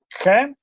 Okay